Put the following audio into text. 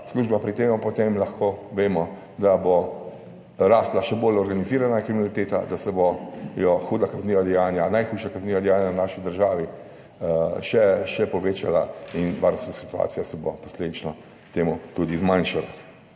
pri tem, potem lahko vemo, da bo rasla še bolj organizirana kriminaliteta, da se bodo huda kazniva dejanja, najhujša kazniva dejanja v naši državi še povečala in varnostna situacija se bo posledično temu tudi zmanjšala.